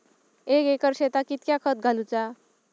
एक एकर शेताक कीतक्या खत घालूचा?